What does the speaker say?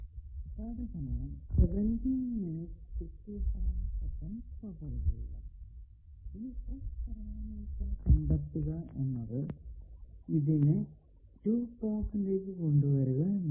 ഇനി S parameter കണ്ടെത്തുക എന്നത് ഇതിനെ 2 പോർട്ടിലേക്കു കൊണ്ടുവരിക എന്നതാണ്